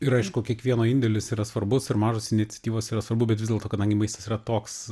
ir aišku kiekvieno indėlis yra svarbus ir mažos iniciatyvos yra svarbu bet vis dėlto kadangi maistas yra toks